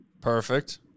Perfect